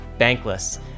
bankless